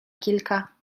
kilka